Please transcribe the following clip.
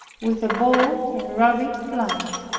with a bold and rapid flight.